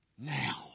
Now